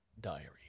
Diary